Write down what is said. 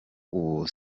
ubu